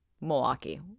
milwaukee